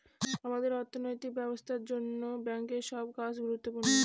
আমাদের অর্থনৈতিক ব্যবস্থার জন্য ব্যাঙ্কের সব কাজ গুরুত্বপূর্ণ